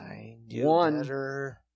One